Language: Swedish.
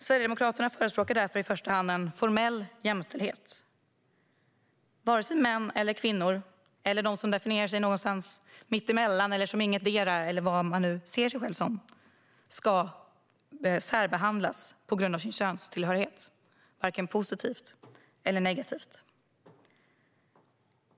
Sverigedemokraterna förespråkar därför i första hand en formell jämställdhet. Inga män eller kvinnor, eller de som definierar sig någonstans mitt emellan eller som ingetdera - vad man nu ser sig som - ska särbehandlas på grund av könstillhörighet, varken positivt eller negativt.